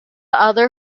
other